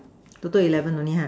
total eleven only ha